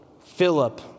Philip